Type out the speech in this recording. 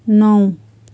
नौ